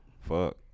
Fuck